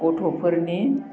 गथ'फोरनि